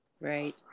Right